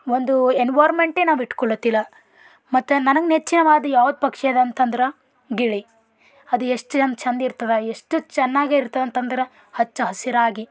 ಒಂದು ಎನ್ವೊರಮೆಂಟೆ ನಾವು ಇಟ್ಕೊಳತಿಲ್ಲ ಮತ್ತು ನನಗೆ ನೆಚ್ಚಿನವಾದ ಯಾವ ಪಕ್ಷಿ ಅದ ಅಂತಂದ್ರೆ ಗಿಳಿ ಅದು ಎಷ್ಟು ಏನು ಚೆಂದ ಇರ್ತದೆ ಎಷ್ಟು ಚೆನ್ನಾಗಿ ಇರ್ತದೆ ಅಂತಂದ್ರೆ ಹಚ್ಚ ಹಸಿರಾಗಿ